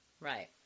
Right